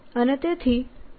અને તેથી મને